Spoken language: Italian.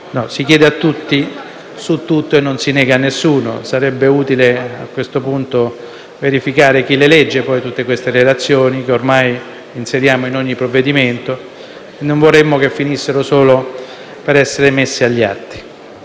si chiede a tutti su tutto e non si nega a nessuno. Sarebbe utile, a questo punto, verificare chi le legge poi tutte queste relazioni, che ormai inseriamo in ogni provvedimento; non vorremmo che finissero solo per essere messe agli atti.